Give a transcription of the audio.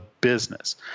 business